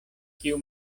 kiu